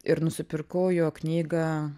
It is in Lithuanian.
ir nusipirkau jo knygą